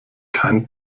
kein